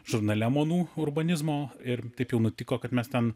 žurnale monu urbanizmo ir taip jau nutiko kad mes ten